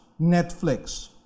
Netflix